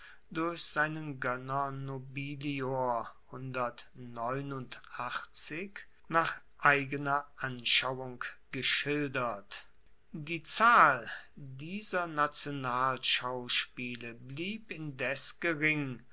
durch seinen goenner nobilior nach eigener anschauung geschildert die zahl dieser nationalschauspiele blieb indes gering